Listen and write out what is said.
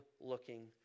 looking